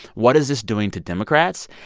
what is this doing to democrats?